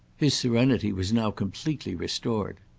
his serenity was now completely restored.